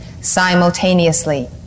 simultaneously